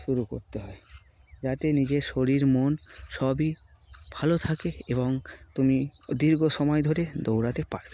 শুরু করতে হয় যাতে নিজের শরীর মন সবই ভালো থাকে এবং তুমি দীর্ঘ সময় ধরে দৌড়াতে পারবে